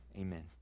amen